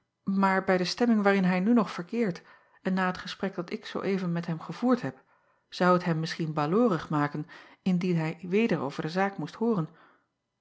maar bij de stemming waarin hij nu nog verkeert en na het gesprek dat ik zoo even met hem gevoerd heb zou het hem misschien balöorig maken indien hij weder over de zaak moest hooren